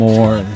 More